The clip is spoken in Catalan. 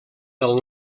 del